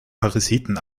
parasiten